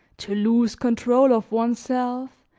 to lose control of oneself,